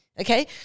Okay